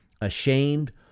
ashamed